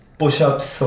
push-ups